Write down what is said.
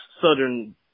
Southern